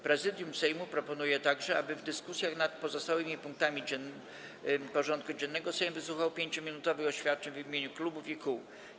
Prezydium Sejmu proponuje także, aby w dyskusjach nad pozostałymi punktami porządku dziennego Sejm wysłuchał 5-minutowych oświadczeń w imieniu klubów i kół.